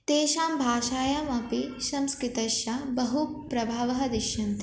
तेषां भाषायामपि संकृतस्य बहु प्रभावः दृश्यते